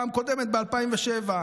פעם קודמת ב-2007,